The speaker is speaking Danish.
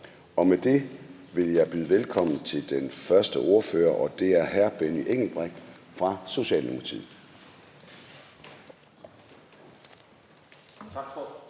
Med det vil jeg byde velkommen til den første ordfører, og det er hr. Benny Engelbrecht fra Socialdemokratiet.